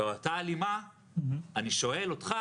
באותה הלימה אני שואל אותך